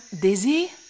Dizzy